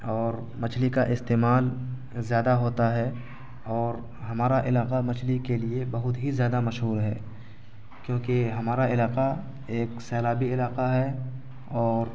اور مچھلی کا استعمال زیادہ ہوتا ہے اور ہمارا علاقہ مچھلی کے لیے بہت ہی زیادہ مشہور ہے کیونکہ ہمارا علاقہ ایک سیلابی علاقہ ہے اور